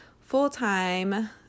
full-time